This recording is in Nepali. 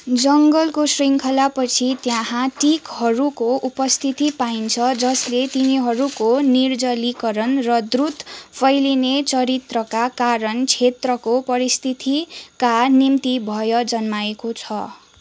जङ्गलको शृङ्खला पछि त्यहाँ टिकहरूको उपस्थिति पाइन्छ जसले तिनीहरूको निर्जलीकरण र द्रुत फैलिने चरित्रका कारण क्षेत्रको पारिस्थितिका निम्ति भय जन्माएको छ